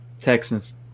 Texans